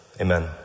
amen